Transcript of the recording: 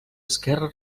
esquerra